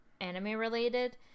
anime-related